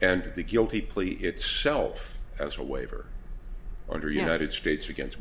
and the guilty plea it's help as a waiver under united states against